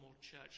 church